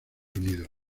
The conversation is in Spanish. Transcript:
unidos